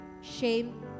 shame